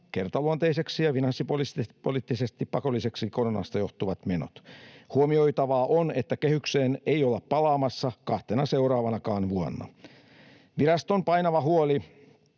kertaluonteisiksi ja finanssipoliittisesti pakollisiksi ja koronasta johtuviksi kuvattuja menoja. Huomioitavaa on, että kehykseen ei olla palaamassa kahtena seuraavanakaan vuonna. Viraston painava huoli